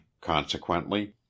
consequently